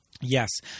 Yes